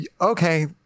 okay